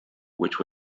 which